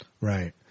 Right